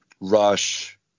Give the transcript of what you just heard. rush